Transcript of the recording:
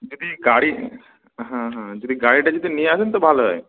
যদি গাড়ি হ্যাঁ হ্যাঁ যদি গাড়িটা যদি নিয়ে আসেন তো ভালো হয়